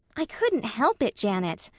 i couldn't help it, janet,